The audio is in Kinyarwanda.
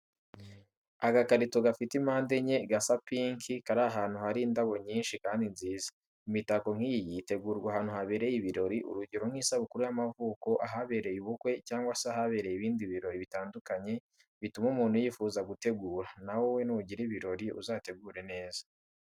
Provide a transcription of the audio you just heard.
Agakarito gafite impande enye, gasa pinki, kari ahantu hari indabo nyinshi kandi nziza, imitako nk'iyi itegurwa ahantu habereye ibirori urugero nkisabukuru y'amavuko, ahabereye ubukwe, cyangwa se ahabereye ibindi birori bitandukanye bituma umuntu yifuza gutegura. Nawe nugira ibirori uzategure neza.